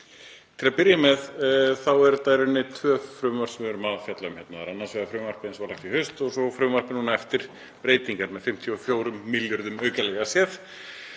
Til að byrja með eru þetta í rauninni tvö frumvörp sem við erum að fjalla um hérna. Það er annars vegar frumvarpið sem var lagt fram í haust og svo frumvarpið núna eftir breytingar með 54 milljörðum aukalega.